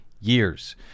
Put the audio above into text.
years